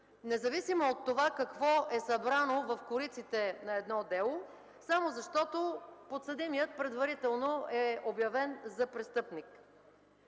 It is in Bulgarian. независимо от това какво е събрано в кориците на едно дело, само защото подсъдимият предварително е обявен за престъпник.